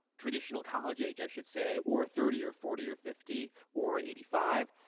traditional college age, i should say or thirty or forty or fifty or eighty five.